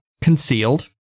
concealed